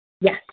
Yes